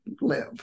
live